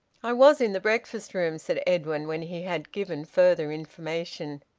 i was in the breakfast-room, said edwin, when he had given further information.